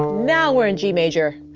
now we're in g major!